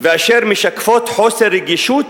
ואשר משקפות חוסר רגישות